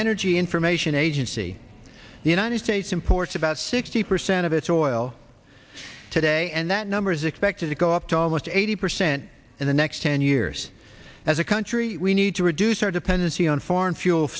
energy information agency the united states imports about sixty percent of its oil today and that number is expected to go up to almost eighty percent in the next ten years as a country we need to reduce our dependency on foreign fuel